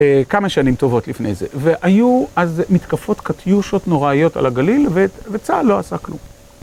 כמה שנים טובות לפני זה, והיו אז מתקפות קטיושות נוראיות על הגליל וצה״ל לא עשה כלום.